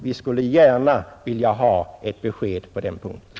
Vi skulle gärna vilja ha ett besked på den punkten.